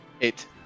Eight